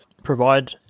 provide